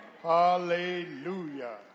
Hallelujah